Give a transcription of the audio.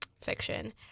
fiction